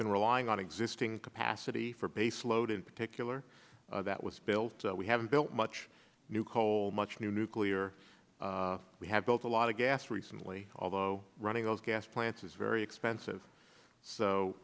been relying on existing capacity for baseload in particular that was built we haven't built much new coal much new nuclear we have built a lot of gas recently although running those gas plants is very expensive